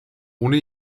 ohne